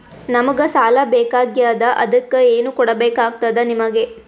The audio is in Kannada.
ನಮಗ ಸಾಲ ಬೇಕಾಗ್ಯದ ಅದಕ್ಕ ಏನು ಕೊಡಬೇಕಾಗ್ತದ ನಿಮಗೆ?